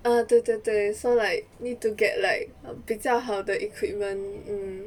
err 对对对 so like need to get like err 比较好的 equipment